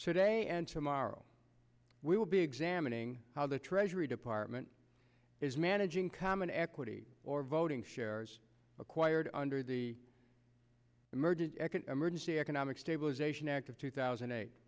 today and tomorrow we will be examining how the treasury department is managing common equity or voting shares acquired under the emergency economic stabilization act of two thousand and eight